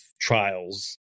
trials